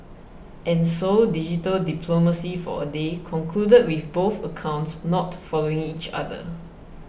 and so digital diplomacy for a day concluded with both accounts not following each other